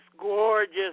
gorgeous